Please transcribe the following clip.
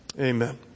Amen